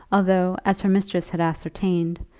although, as her mistress had ascertained,